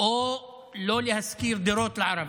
או לא להשכיר דירות לערבים,